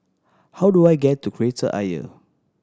how do I get to Kreta Ayer